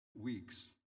weeks